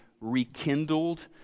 rekindled